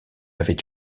avait